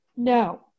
No